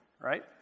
Right